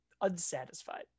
unsatisfied